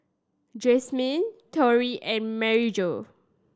Jasmyne Torry and Maryjo